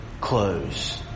close